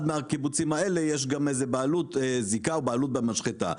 מהקיבוצים האלה יש זיקה או בעלות במשחטה.